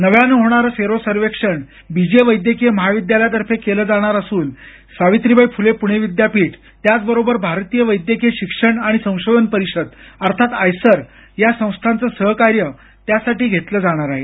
नव्यानं होणारं सेरो सर्वेक्षण बी जे वैद्यकीय महाविद्यालयातर्फे केलं जाणार असून सावित्रीबाई फुले पुणे विद्यापीठ त्याचबरोबर भारतीय वैद्यकीय शिक्षण आणि संशोधन परिषद अर्थात आयसर या संस्थांचं सहकार्य त्यासाठी घेतलं जाणार आहे